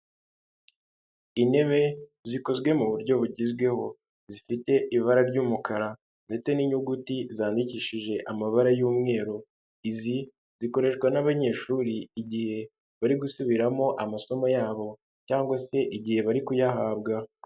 Intebe zikozwe mu buryo bugezweho, zifite ibara ry'umukara ndetse n'inyuguti zandikishije amabara y'umweru, izi zikoreshwa n'abanyeshuri igihe bari gusubiramo amasomo yabo cyangwa se igihe bari kuyahabwa.